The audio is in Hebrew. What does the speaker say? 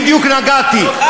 בדיוק נגעתי,